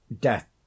death